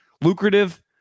lucrative